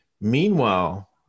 Meanwhile